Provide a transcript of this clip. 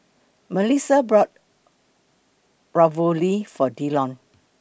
Mellissa bought Ravioli For Dillon